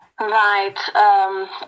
Right